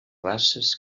races